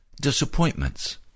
disappointments